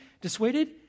dissuaded